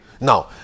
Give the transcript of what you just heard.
Now